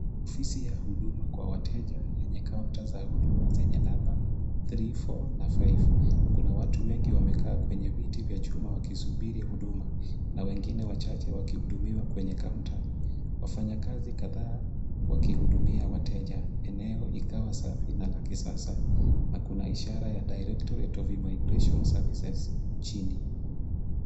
Ofisi ya huduma kwa wateja yenye kaunta za huduma zenye namba three, four na five . Kuna watu wengi wamekaa kwenye viti vya chuma wakisubiri huduma na wengine wachache wakihudumiwa kwenye kaunta. Wafanyakazi kadhaa wakihudumia wateja. Eneo ikawa safi na la kisasa na kuna ishara ya directorate of immigration services chini.